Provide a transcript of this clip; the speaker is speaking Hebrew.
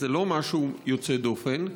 אז זה לא משהו יוצא דופן.